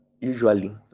usually